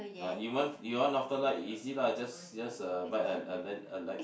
uh you want you want Northern-Light easy lah just just uh buy a a lamp a light